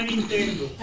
Nintendo